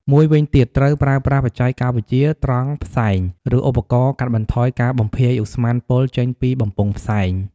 មួយវិញទៀត ត្រូវប្រើប្រាស់បច្ចេកវិទ្យាត្រងផ្សែង ឬឧបករណ៍កាត់បន្ថយការបំភាយឧស្ម័នពុលចេញពីបំពង់ផ្សែង។